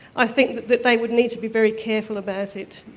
i think that they would need to be very careful about it,